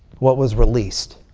what was released?